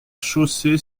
chaussée